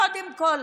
קודם כול,